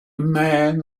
man